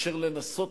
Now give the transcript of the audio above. מאשר לנסות